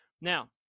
Now